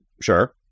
Sure